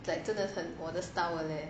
like 真的很我的 style leh